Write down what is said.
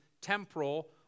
temporal